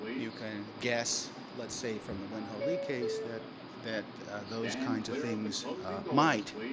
you can guess, let's say, from the wen ho lee case that that those kinds of things might,